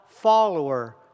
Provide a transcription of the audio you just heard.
follower